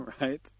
Right